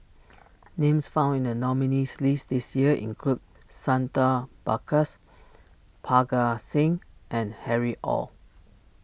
names found in the nominees' list this year include Santha Bhaskar's Parga Singh and Harry Ord